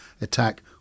attack